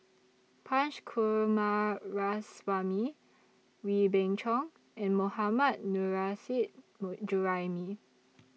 Punch Coomaraswamy Wee Beng Chong and Mohammad Nurrasyid More Juraimi